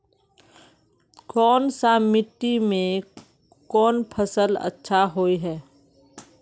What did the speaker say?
कोन सा मिट्टी में कोन फसल अच्छा होय है?